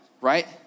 right